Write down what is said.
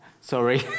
Sorry